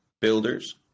builders